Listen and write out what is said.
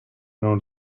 non